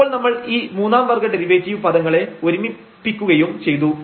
അപ്പോൾ നമ്മൾ ഈ മൂന്നാം വർഗ ഡെറിവേറ്റീവ് പദങ്ങളെ ഒരുമിപ്പിക്കുകയും ചെയ്തു